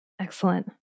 Excellent